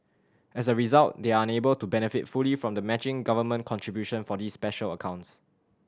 as a result they are unable to benefit fully from the matching government contribution for these special accounts